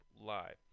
live